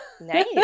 Nice